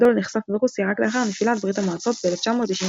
נחשף ברוסיה רק לאחר נפילת ברית המועצות ב-1991.